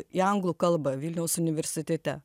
į anglų kalbą vilniaus universitete